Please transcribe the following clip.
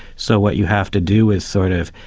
so what you have to do is sort of